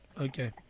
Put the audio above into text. Okay